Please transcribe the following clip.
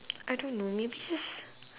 I don't know maybe just